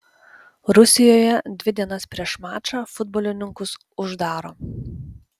rusijoje dvi dienas prieš mačą futbolininkus uždaro